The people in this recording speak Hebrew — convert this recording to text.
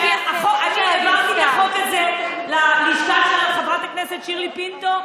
אני העברתי את החוק הזה ללשכה של חברת הכנסת שירלי פינטו.